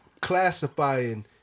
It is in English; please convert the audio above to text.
classifying